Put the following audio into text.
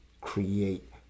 create